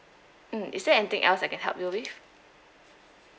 mm is there anything else I can help you with